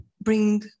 bring